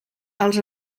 els